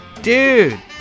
dude